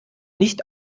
nicht